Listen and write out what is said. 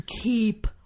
keep